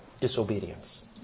disobedience